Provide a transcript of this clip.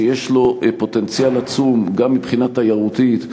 שיש לו פוטנציאל עצום גם מבחינה תיירותית,